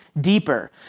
deeper